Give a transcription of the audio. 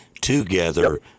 together